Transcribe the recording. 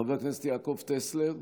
חבר הכנסת יעקב טסלר,